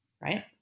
Right